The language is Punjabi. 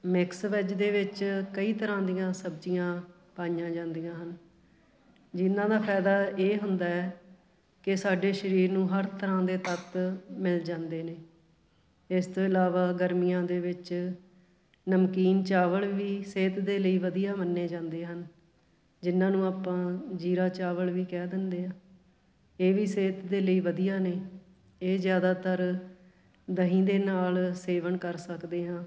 ਮਿਕਸ ਵੈੱਜ ਦੇ ਵਿੱਚ ਕਈ ਤਰ੍ਹਾਂ ਦੀਆਂ ਸਬਜ਼ੀਆਂ ਪਾਈਆਂ ਜਾਂਦੀਆਂ ਹਨ ਜਿਨ੍ਹਾਂ ਦਾ ਫਾਇਦਾ ਇਹ ਹੁੰਦਾ ਕਿ ਸਾਡੇ ਸਰੀਰ ਨੂੰ ਹਰ ਤਰ੍ਹਾਂ ਦੇ ਤੱਤ ਮਿਲ ਜਾਂਦੇ ਨੇ ਇਸ ਤੋਂ ਇਲਾਵਾ ਗਰਮੀਆਂ ਦੇ ਵਿੱਚ ਨਮਕੀਨ ਚਾਵਲ ਵੀ ਸਿਹਤ ਦੇ ਲਈ ਵਧੀਆ ਮੰਨੇ ਜਾਂਦੇ ਹਨ ਜਿਨ੍ਹਾਂ ਨੂੰ ਆਪਾਂ ਜੀਰਾ ਚਾਵਲ ਵੀ ਕਹਿ ਦਿੰਦੇ ਹਾਂ ਇਹ ਵੀ ਸਿਹਤ ਦੇ ਲਈ ਵਧੀਆ ਨੇ ਇਹ ਜ਼ਿਆਦਾਤਰ ਦਹੀਂ ਦੇ ਨਾਲ ਸੇਵਨ ਕਰ ਸਕਦੇ ਹਾਂ